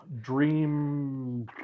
Dream